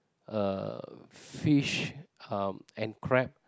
uh fish uh and crab